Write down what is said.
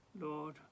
Lord